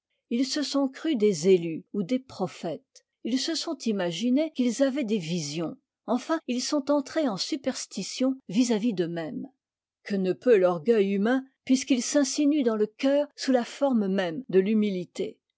ils se sont crus des élus ou des prophètes ils se sont imaginé qu'ils avaient des visions enfin ils sont entrés en superstition vis-àvis d'eux-mêmes que ne peut l'orgueil humain puisqu'il s'insinue dans le cœur sous la forme même de l'humilité